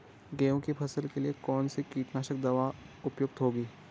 गेहूँ की फसल के लिए कौन सी कीटनाशक दवा उपयुक्त होगी?